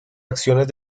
acciones